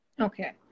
Okay